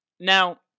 Now